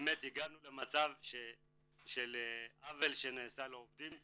הגענו למצב שנעשה לעובדים עוול,